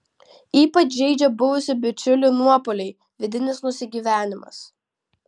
ypač žeidžia buvusių bičiulių nuopuoliai vidinis nusigyvenimas